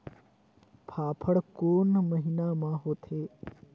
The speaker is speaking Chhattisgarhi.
फाफण कोन महीना म होथे?